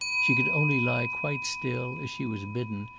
she could only lie quite still, as she was bidden,